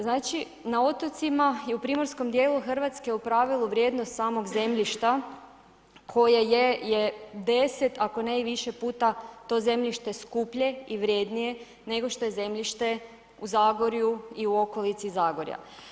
Znači, na otocima i u primorskom dijelu RH u pravilu vrijednost samog zemljišta koje je, je 10, ako ne i više puta to zemljište skuplje i vrednije nego što je zemljište u Zagorju i u okolici Zagorja.